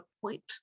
point